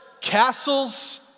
castles